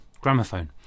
gramophone